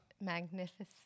magnificent